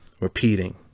repeating